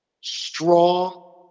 strong